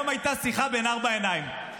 היום הייתה שיחה בארבע עיניים,